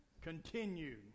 Continue